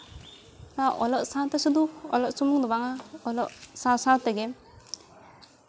ᱚᱞᱚᱜ ᱥᱟᱶᱛᱮ ᱥᱩᱫᱷᱩ ᱚᱞᱚᱜ ᱥᱩᱢᱩᱱ ᱫᱚ ᱵᱟᱝᱟ ᱚᱞᱚᱜ ᱥᱟᱶ ᱥᱟᱶ ᱛᱮᱜᱮ